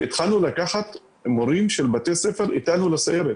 לקחנו מורים של בתי ספר איתנו לסיירת.